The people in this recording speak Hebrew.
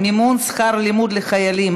מימון שכר לימוד לחיילים),